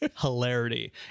hilarity